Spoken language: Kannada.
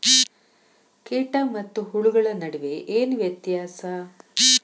ಕೇಟ ಮತ್ತು ಹುಳುಗಳ ನಡುವೆ ಏನ್ ವ್ಯತ್ಯಾಸ?